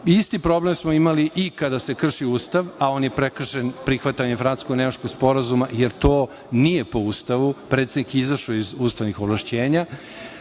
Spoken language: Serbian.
Isti problem smo imali i kada se kršio Ustav, a on je prekršen prihvatanjem francusko-nemačkog sporazuma, jer to nije po Ustavu. Predsednik je izašao iz ustavnih ovlašćenja.